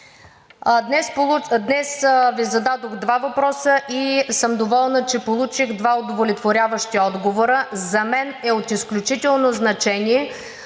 днес Ви зададох два въпроса и съм доволна, че получих два удовлетворяващи отговора. За мен е от изключително значение